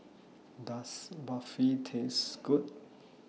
Does Barfi Taste Good